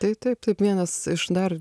tai taip taip vienas iš dar